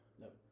Nope